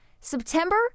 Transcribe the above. September